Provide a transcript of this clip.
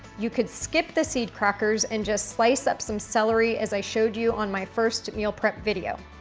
you could skip the seed crackers and just slice up some celery, as i showed you on my first meal prep video.